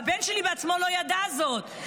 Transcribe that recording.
והבן שלי בעצמו לא ידע זאת,